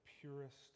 purest